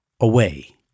away